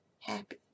Happy